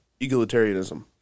egalitarianism